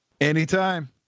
Anytime